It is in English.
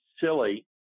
silly